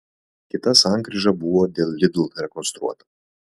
kita sankryža buvo dėl lidl rekonstruota